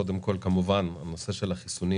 קודם כול כמובן הנושא של החיסונים